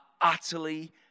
utterly